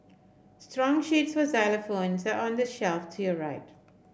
strong sheets for xylophones are on the shelf to your right